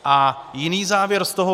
A jiný závěr z toho.